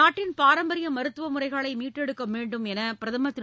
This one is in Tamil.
நாட்டின் பாரம்பரிய மருத்துவ முறைகளை மீட்டெடுக்க வேண்டும் என்று பிரதமர் திரு